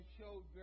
showed